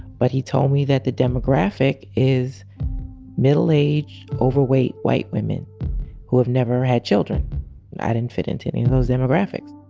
but he told me that the demographic is middle aged, overweight, white women who have never had children. and i didn't fit into any of those demographics